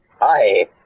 Hi